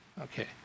Okay